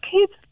kids